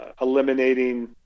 eliminating